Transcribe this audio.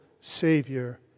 Savior